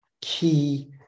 key